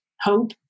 hope